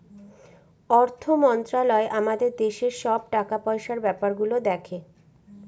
অর্থ মন্ত্রালয় আমাদের দেশের সব টাকা পয়সার ব্যাপার গুলো দেখে